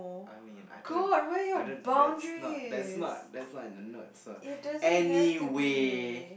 I mean I don't I don't that's not that's not that's not in the notes a anyway